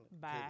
Bye